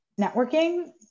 networking